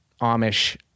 Amish